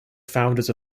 founders